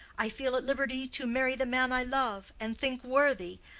i feel at liberty to marry the man i love and think worthy,